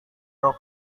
rok